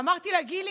אמרתי לה: גילי,